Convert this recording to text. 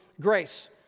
grace